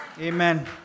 amen